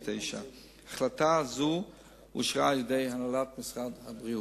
2009. החלטה זו אושרה על-ידי הנהלת משרד הבריאות.